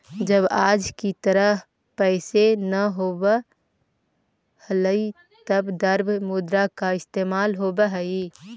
जब आज की तरह पैसे न होवअ हलइ तब द्रव्य मुद्रा का इस्तेमाल होवअ हई